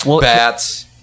Bats